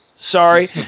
Sorry